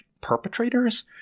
perpetrators